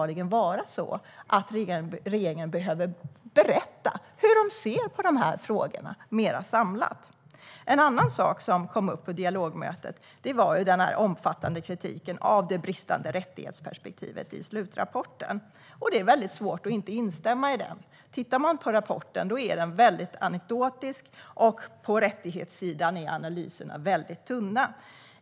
Regeringen måste berätta hur den ser på de här frågorna mer samlat. En annan sak som kom upp på dialogmötet var den omfattande kritiken av det bristande rättighetsperspektivet i slutrapporten. Det är svårt att inte instämma i den. Rapporten är väldigt anekdotisk, och på rättighetssidan är analyserna väldigt tunna.